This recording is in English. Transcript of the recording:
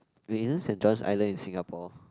wait isn't Saint-John's Island in Singapore